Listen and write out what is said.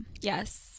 Yes